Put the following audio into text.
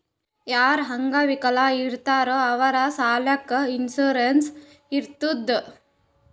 ಯಾರು ಅಂಗವಿಕಲ ಇರ್ತಾರ್ ಅವ್ರ ಸಲ್ಯಾಕ್ ಇನ್ಸೂರೆನ್ಸ್ ಇರ್ತುದ್